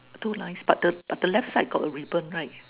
two lines but the but the left side got ribbon right